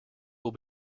will